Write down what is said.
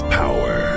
power